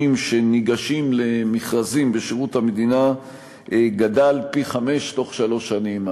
שניגשים למכרזים בשירות המדינה גדל פי-חמישה תוך שלוש שנים.